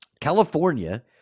California